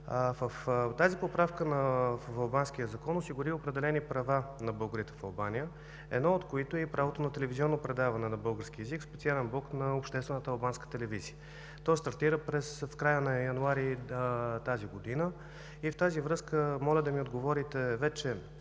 Тази поправка в албанския закон осигури определени права на българите в Албания, едно от които е и правото на телевизионно предаване на български език – специален блок на обществената албанска телевизия. Той стартира в края на януари тази година. В тази връзка моля да ми отговорите: вече